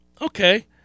okay